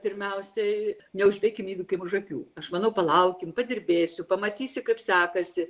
pirmiausiai neužbėkim įvykiam už akių aš manau palaukim padirbėsiu pamatysiu kaip sekasi